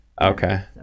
okay